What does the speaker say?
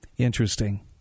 Interesting